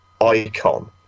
icon